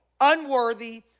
unworthy